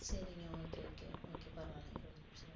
சரிங்க okay okay okay பரவாயில்ல இருபது நிமிஷம் ஓகே